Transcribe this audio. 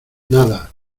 nada